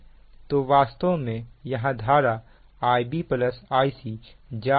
तो वास्तव में यहां धारा Ib Icजा रही है